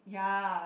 ya